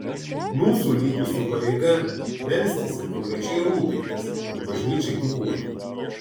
mūsų likusių pareiga melstis ir konkrečiai rūpintis kad bažnyčia gyvuotų